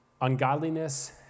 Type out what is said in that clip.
ungodliness